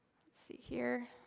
see here,